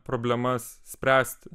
problemas spręsti